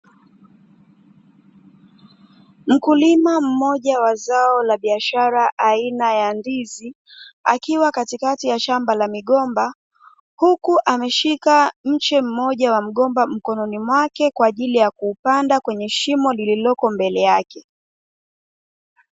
Mkulima mmoja wa zao la biashara aina ya ndizi, akiwa katikati ya shamba la migomba, huku ameshika mche mmoja wa mgomba mkononi mwake kwa ajili ya kuupanda kwenye shimo lililopo mbele yake.